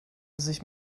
sich